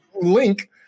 Link